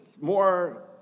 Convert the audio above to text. more